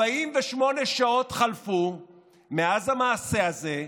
48 שעות חלפו מאז המעשה הזה,